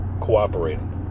cooperating